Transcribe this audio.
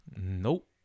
Nope